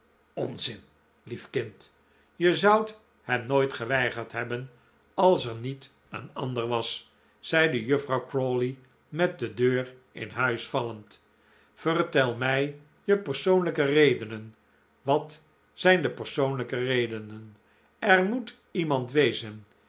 onzin lief kind je zoudt hem nooit geweigerd hebben als er niet een ander was zeide juffrouw crawley met de deur in huis vallend vertel mij je persoonlijke redenen wat zijn de persoonlijke redenen er moet iemand wezen